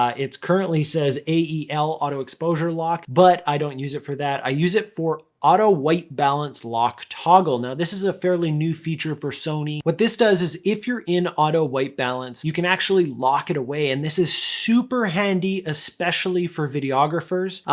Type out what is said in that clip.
it currently says ael, auto exposure lock, but i don't use it for that. i use it for auto white balance lock toggle. now this is a fairly new feature for sony. what this does is if you're in auto white balance, you can actually lock it away. and this is super handy, especially for videographers,